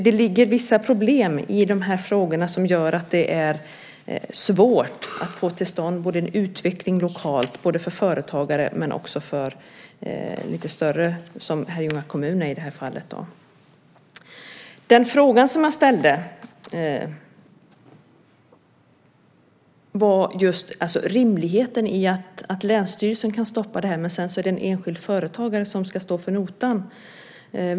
Det ligger vissa problem i de här frågorna som gör det svårt att få till stånd en utveckling lokalt både för företagare och för lite större aktörer, som Herrljunga kommun i det här fallet. Den fråga som jag ställde gällde rimligheten i att länsstyrelsen kan stoppa detta men att det är en enskild företagare som ska stå för notan.